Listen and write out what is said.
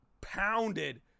pounded